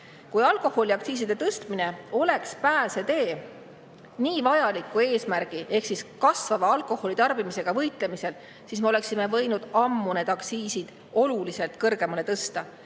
Kui alkoholiaktsiisi tõstmine oleks pääsetee nii vajalikul eesmärgil ehk kasvava alkoholitarbimisega võitlemisel, siis me oleksime võinud ammu need aktsiisid oluliselt kõrgemale tõsta.